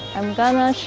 and